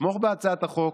לתמוך בהצעת החוק,